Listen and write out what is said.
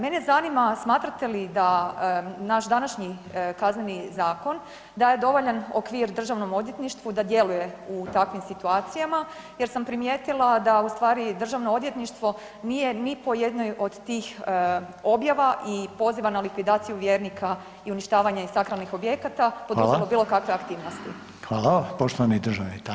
Mene zanima smatrate li da naš današnji Kazneni zakon daje dovoljan okvir Državnom odvjetništvu da djeluje u takvim situacijama, jer sam primijetila da u stvari Državno odvjetništvo nije ni po jednoj od tih objava i poziva na likvidaciju vjernika i uništavanje sakralnih objekata poduzelo bilo kakve aktivnosti.